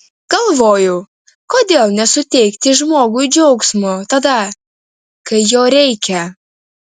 galvoju kodėl nesuteikti žmogui džiaugsmo tada kai jo reikia